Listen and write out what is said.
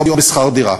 בשכר דירה.